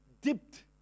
dipped